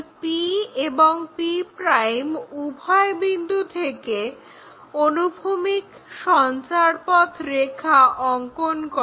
p এবং p' উভয় বিন্দু থেকে অনুভূমিক সঞ্চারপথ রেখা অঙ্কন করো